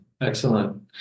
Excellent